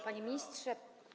Panie Ministrze!